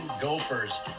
Gophers